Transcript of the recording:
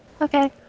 Okay